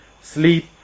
sleep